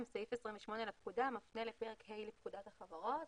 סעיף 28 לפקודה מפנה לפרק ה' לפקודת החוברות,